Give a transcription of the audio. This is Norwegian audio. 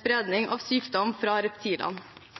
spredning av sykdom fra